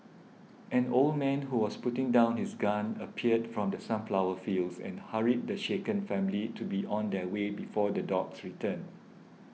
an old man who was putting down his gun appeared from the sunflower fields and hurried the shaken family to be on their way before the dogs return